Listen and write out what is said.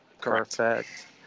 Perfect